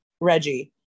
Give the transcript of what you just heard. reggie